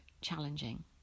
challenging